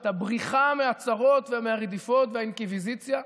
את הבריחה מהצרות ומהרדיפות ומהאינקוויזיציה,